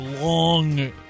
long